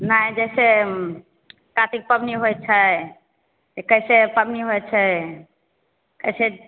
नहि जैसे कार्तिक पबनी होइ छै कैसे पबनी होइत छै कैसे